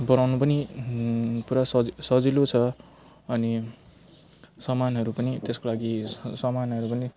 बनाउनु पनि पुरा सज् सजिलो छ अनि समानहरू पनि त्यसको लागि समानहरू पनि